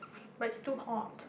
but it's too hot